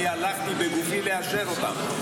הלכתי בגופי לאשר אותן,